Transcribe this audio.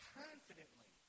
confidently